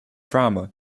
drama